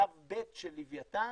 שלב ב' של לווייתן,